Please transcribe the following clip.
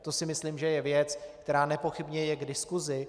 To si myslím, že je věc, která je nepochybně k diskusi.